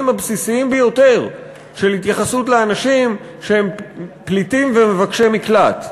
הבסיסיים ביותר של התייחסות לאנשים שהם פליטים ומבקשי מקלט.